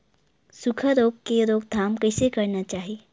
सुखा रोग के रोकथाम कइसे करना चाही?